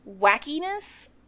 Wackiness